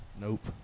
Nope